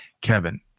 Kevin